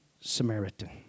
Samaritan